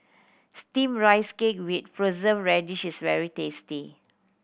Steamed Rice Cake with Preserved Radish is very tasty